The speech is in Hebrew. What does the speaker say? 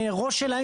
בראש שלהם,